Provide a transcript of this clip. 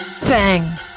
Bang